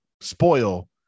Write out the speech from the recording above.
spoil